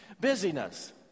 Busyness